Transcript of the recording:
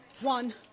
One